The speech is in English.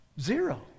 zero